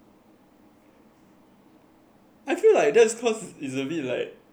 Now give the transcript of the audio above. I feel that's cause it's a bit like the singlish style sia